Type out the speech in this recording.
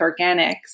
organics